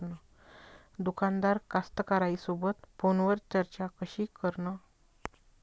दुकानदार कास्तकाराइसोबत फोनवर चर्चा कशी करन?